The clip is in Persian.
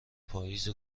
پاییز